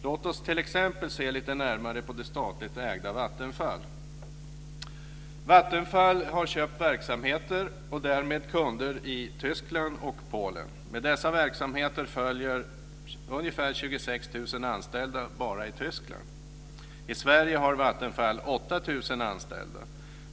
Låt oss t.ex. se litet närmare på det statligt ägda Vattenfall har köpt verksamheter, och därmed kunder, i Tyskland och Polen. Med dessa verksamheter följer ungefär 26 000 anställda bara i Tyskland. I Sverige har Vattenfall 8 000 anställda.